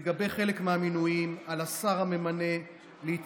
לגבי חלק מהמינויים על השר הממנה להתייעץ